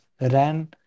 ran